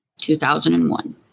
2001